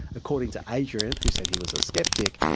according to adrian, who said he was a sceptic,